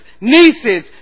nieces